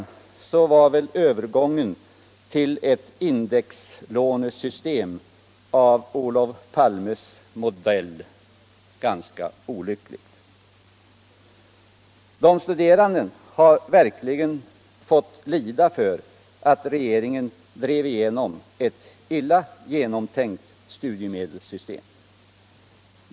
Utan tvivel var övergången till ett indexlånesystem av Olof Palmes modell ganska olycklig. De studerande har verkligen fått lida för att regeringen drev igenom ett illa genomtänkt studiemedelssystem.